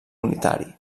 unitari